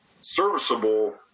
serviceable